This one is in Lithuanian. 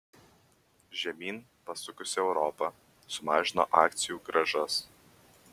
žemyn pasukusi europa sumažino akcijų grąžas